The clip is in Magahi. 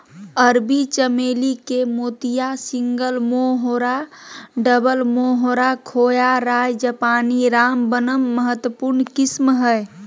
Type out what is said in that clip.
अरबी चमेली के मोतिया, सिंगल मोहोरा, डबल मोहोरा, खोया, राय जापानी, रामबनम महत्वपूर्ण किस्म हइ